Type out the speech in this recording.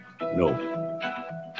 no